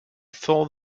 thought